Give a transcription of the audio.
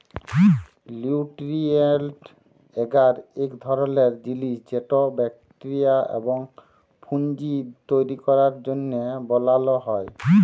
লিউটিরিয়েল্ট এগার ইক ধরলের জিলিস যেট ব্যাকটেরিয়া এবং ফুঙ্গি তৈরি ক্যরার জ্যনহে বালাল হ্যয়